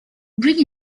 bring